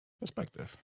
perspective